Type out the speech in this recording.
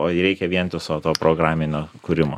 o jai reikia vientiso to programinio kūrimo